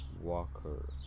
Walker